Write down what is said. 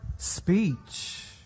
Speech